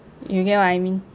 you get what I mean